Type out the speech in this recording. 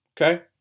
okay